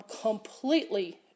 completely